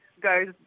goes